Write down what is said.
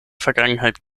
vergangenheit